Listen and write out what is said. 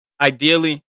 ideally